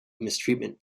mistreatment